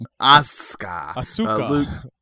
Asuka